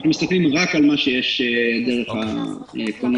אנחנו מסתכלים רק על מה שיש דרך קרנות הלוואה.